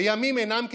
הימים אינם כתיקונם,